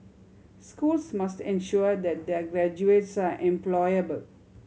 schools must ensure that their graduates are employable